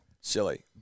Silly